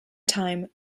time